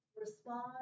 respond